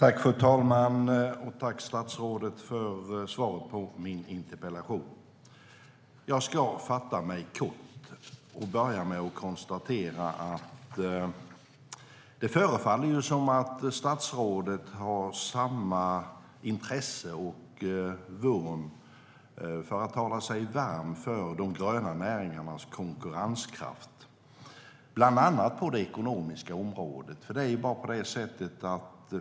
Fru talman! Jag vill tacka statsrådet för svaret på min interpellation. Jag ska fatta mig kort och börjar med att konstatera att det förefaller som att statsrådet har samma intresse och vurm som jag för de gröna näringarnas konkurrenskraft eftersom han talar sig varm för dessa, bland annat på det ekonomiska området.